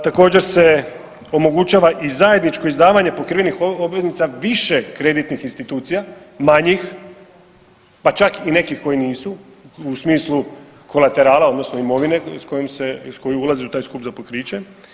Također se omogućava i zajedničko izdavanje pokrivenih obveznica više kreditnih institucija manjih, pa čak i nekih koje nisu u smislu kolaterala odnosno imovine koja ulazi u taj skup za pokriće.